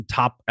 top